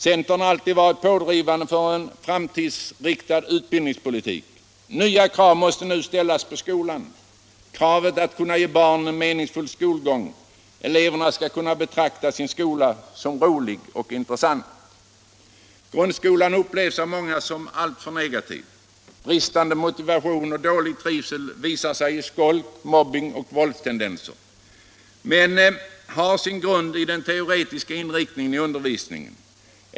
Centern har alltid varit pådrivande för en framtidsinriktad utbildningspolitik. Nya krav måste nu ställas på skolan — krav på att ge barnen en meningsfull skolgång. Eleverna skall kunna betrakta sin skola som rolig och intressant. Grundskolan upplevs av många som alltför negativ. Bristande motivation och dålig trivsel visar sig i skolk, mobbning och våldstendenser men har sin grund i den teoretiska inriktningen i undervisningen.